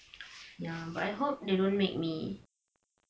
ya but I hope they don't make me